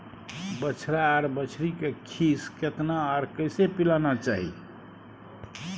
बछरा आर बछरी के खीस केतना आर कैसे पिलाना चाही?